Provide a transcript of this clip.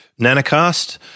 Nanocast